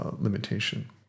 limitation